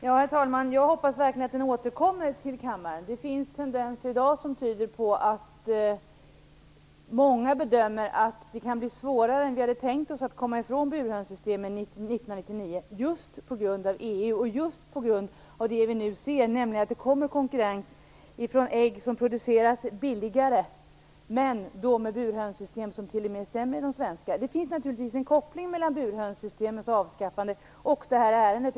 Herr talman! Jag hoppas verkligen att den återkommer till kammaren. Det finns i dag tendenser som gör att många bedömer att det kan bli svårare än vi hade tänkt oss att komma ifrån burhönssystemen 1999, just på grund av EU och det som vi nu ser, nämligen att det kommer konkurrens från ägg som produceras billigare men med burhönssystem som t.o.m. är sämre än de svenska. Det finns naturligtvis en koppling mellan burhönssystemens avskaffande och det här ärendet.